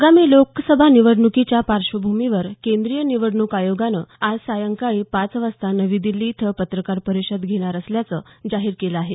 आगामी लोकसभा निवडणुकांच्या पार्श्वभूमीवर केंद्रीय निवडणुक आयोगानं आज सायंकाळी पाच वाजता नवी दिल्ली इथं पत्रकार परिषद घेणार असल्याचं जाहीर केलं आहे